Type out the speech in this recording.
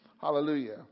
Hallelujah